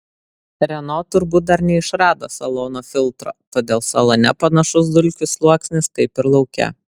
renault turbūt dar neišrado salono filtro todėl salone panašus dulkių sluoksnis kaip ir lauke